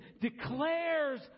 declares